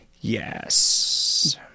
Yes